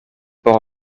por